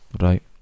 Right